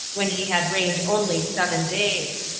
when he had reigned only seven days.